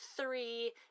three